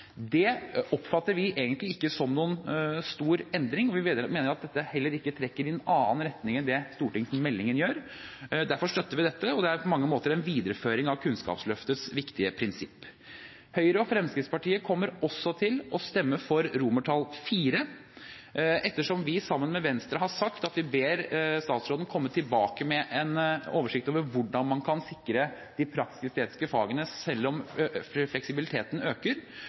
Det oppfatter vi egentlig ikke som noen stor endring, og vi mener at dette heller ikke trekker i en annen retning enn det stortingsmeldingen gjør. Derfor støtter vi dette, og det er på mange måter en videreføring av Kunnskapsløftets viktige prinsipp. Høyre og Fremskrittspartiet kommer også til å stemme for VI. Ettersom vi sammen med Venstre har sagt at vi ber statsråden komme tilbake med en oversikt over hvordan man kan sikre de praktisk-estetiske fagene selv om fleksibiliteten øker,